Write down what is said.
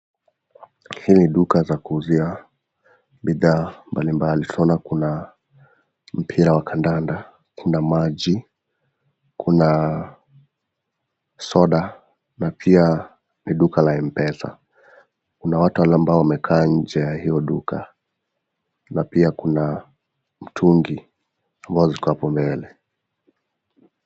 Hii ni duka ya kuuzia bidhaa mbalimbali, tunaona kuna mpira wa kandanda, kuna maji, kuna soda na pia ni duka la Mpesa. Kuna wa wamekaa nje ya hio duka na pia kuna mitungi ziko hapo mbele.